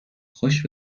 خوش